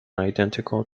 identical